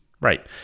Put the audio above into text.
Right